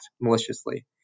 maliciously